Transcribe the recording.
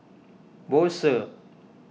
Bose